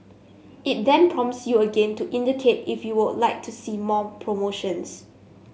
it then prompts you again to indicate if you would like to see more promotions